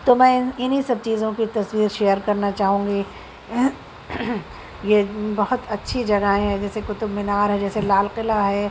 تو میں ان انہیں سب چیزوں کی تصویر شیئر کرنا چاہوں گی یہ بہت اچھی جگہ ہیں جیسے قطب مینار ہے جیسے لال قلعہ ہے